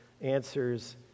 answers